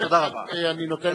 ואני נותן לך,